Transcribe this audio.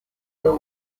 yaba